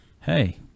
hey